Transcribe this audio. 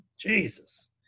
Jesus